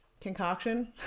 concoction